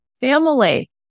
family